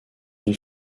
une